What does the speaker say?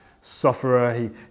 sufferer